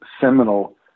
seminal